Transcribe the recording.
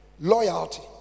Loyalty